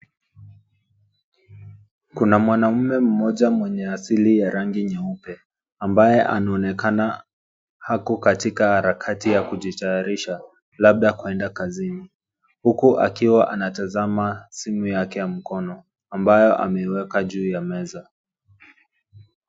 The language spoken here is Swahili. Kuna mwanaume mmoja mwenye asili ya rangi nyeupe ambaye anaonekana ako katika hali ya kujitayarisha labda kwenda kazini. Huku akiwa anatazama simu yake ya mkono ambayo ameiweka juu ya meza.